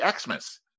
Xmas